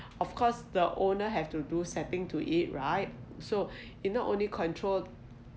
of course the owner have to do setting to it right so it not only controls